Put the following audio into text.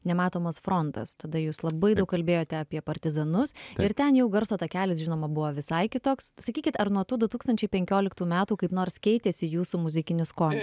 nematomas frontas tada jūs labai daug kalbėjote apie partizanus ir ten jau garso takelis žinoma buvo visai kitoks sakykit ar nuo tų du tūkstančiai penkioliktų metų kaip nors keitėsi jūsų muzikinis skonis